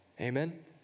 Amen